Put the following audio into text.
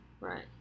Right